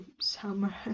summer